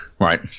Right